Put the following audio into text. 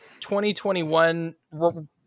2021